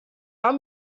haben